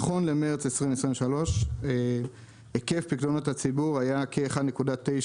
נכון למרץ 2023 היקף פיקדונות הציבור היה כ-1.9